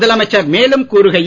முதலமைச்சர் மேலும் கூறுகையில்